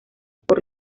por